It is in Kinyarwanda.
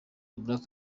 black